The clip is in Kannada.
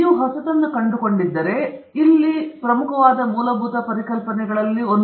ನೀವು ಹೊಸತನ್ನು ಕಂಡುಕೊಂಡಿದ್ದರೆ ಇಲ್ಲಿ ಪ್ರಮುಖವಾದ ಮೂಲಭೂತ ಪರಿಕಲ್ಪನೆಗಳಲ್ಲೊಂದು